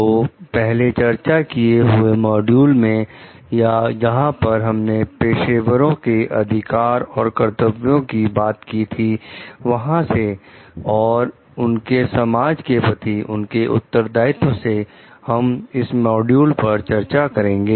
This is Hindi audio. तो पहले चर्चा किए हुए मॉड्यूल में या जहां पर हमने पेशेवरों के अधिकार और कर्तव्यों की बात की थी वहां से और उनके समाज के प्रति उनके उत्तरदायित्व से हम इस मॉड्यूल में चर्चा करेंगे